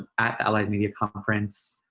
at allied media conference,